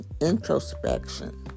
introspection